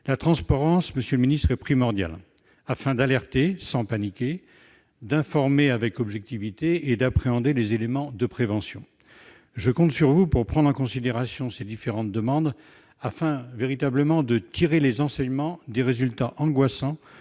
La transparence, monsieur le ministre, est primordiale afin d'alerter, sans paniquer, d'informer avec objectivité et d'appréhender les éléments de prévention. Je compte sur vous pour prendre en considération ces différentes demandes afin de tirer véritablement les enseignements des résultats angoissants